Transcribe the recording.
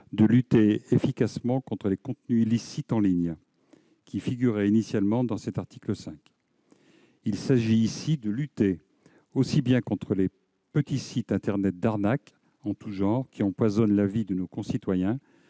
de lutter efficacement contre les contenus illicites en ligne, qui figuraient initialement dans l'article 5. Il s'agit ici de lutter aussi bien contre les petits sites internet d'arnaques en tout genre, qui empoisonnent la vie de nos concitoyens,